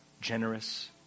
generous